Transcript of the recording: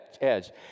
edge